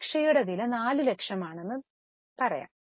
റിക്ഷയുടെ വില 4 ലക്ഷമാണെന്ന് പറയാം